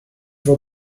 for